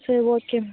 சரி okay ma'am